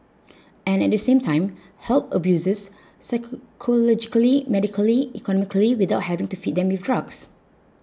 and at the same time help abusers psychologically medically economically without having to feed them with drugs